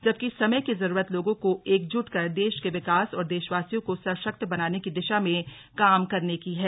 जबकि समय की जरूरत लोगों को एकजुट कर देश के विकास और देशवासियों को सशक्त बनाने की दिशा में काम करने की है